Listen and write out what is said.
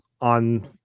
on